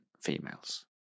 females